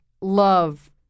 love